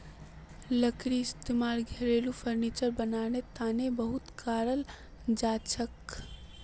लकड़ीर इस्तेमाल घरेलू फर्नीचर बनव्वार तने बहुत कराल जाछेक